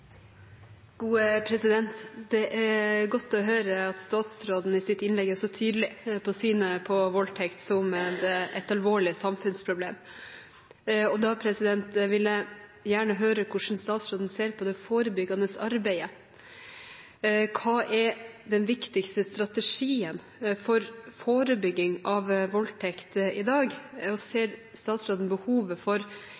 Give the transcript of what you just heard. Det er godt å høre at statsråden i sitt innlegg er så tydelig på synet på voldtekt som et alvorlig samfunnsproblem. Da vil jeg gjerne høre hvordan statsråden ser på det forebyggende arbeidet. Hva er den viktigste strategien for forebygging av voldtekt i dag?